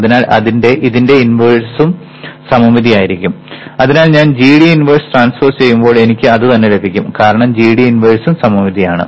അതിനാൽ ഇതിൻറെ ഇൻവേഴ്സ്വും സമമിതി ആയിരിക്കും അതിനാൽ ഞാൻ gD ഇൻവേഴ്സ് ട്രാൻസ്പോസ് ചെയ്യുമ്പോൾ എനിക്ക് അത് തന്നെ ലഭിക്കും കാരണം gD ഇൻവേഴ്സ്വും സമമിതിയാണ്